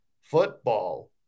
football